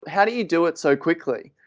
how do you do it so quickly?